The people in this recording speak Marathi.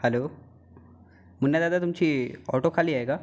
हॅलो मुन्ना दादा तुमची ऑटो खाली आहे का